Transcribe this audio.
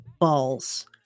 balls